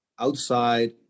outside